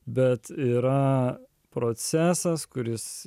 bet yra procesas kuris